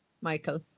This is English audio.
Michael